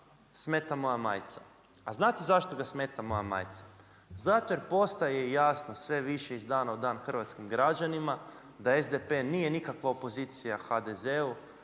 smeta moja majica. A znate zašto ga smeta moja majica? Zato jer postaje jasno sve više iz dana u dan hrvatskim građanima, da SDP nije nikakva opozicija HDZ-u